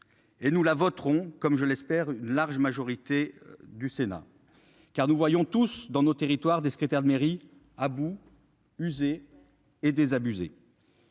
Et nous la voterons comme je l'espère. Large majorité du Sénat car nous voyons tous dans nos territoires des secrétaires de mairie Abou usés et désabusés.